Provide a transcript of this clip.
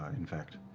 in fact.